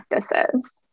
practices